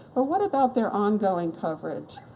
but what about their ongoing coverage?